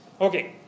okay